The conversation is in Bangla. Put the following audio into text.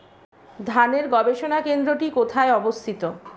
ধানের গবষণা কেন্দ্রটি কোথায় অবস্থিত?